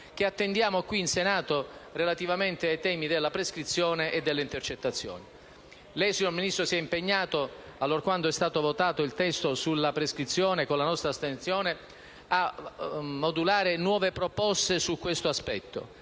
che attendiamo qui, al Senato, relativamente ai temi della prescrizione e delle intercettazioni. Signor Ministro, lei si è impegnato, allorquando è stato votato il testo sulla prescrizione con la nostra astensione, a modulare nuove proposte su questo aspetto.